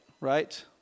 right